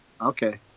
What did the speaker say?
Okay